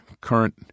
current